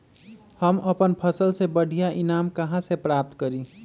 हम अपन फसल से बढ़िया ईनाम कहाँ से प्राप्त करी?